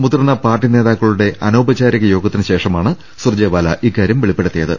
മുതിർന്ന പാർട്ടി നേതാക്കളുടെ അനൌപചാരിക യോഗത്തിനുശേഷമാണ് സുർജേ വാല ഇക്കാര്യം വെളിപ്പെടുത്തിയത്